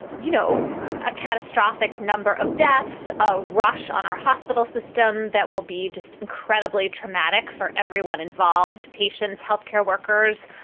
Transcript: you know, a catastrophic number of deaths, a rush on our hospital system that will be just incredibly traumatic for everyone involved, patients, health care workers,